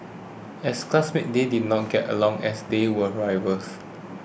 as classmates they did not get along as they were rivals